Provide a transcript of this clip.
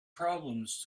problems